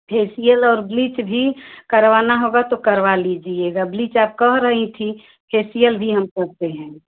facial और bleach भी करवाना होगा तो करवा लीजिएगा ब्लीच आप कह रही थी फेसिअल भी हम करते हैं